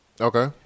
Okay